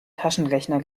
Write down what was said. taschenrechner